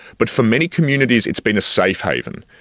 but for many communities it's been a safe haven.